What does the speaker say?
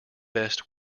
best